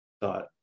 thought